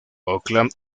oakland